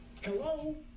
Hello